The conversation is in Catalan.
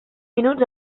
minuts